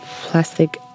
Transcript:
plastic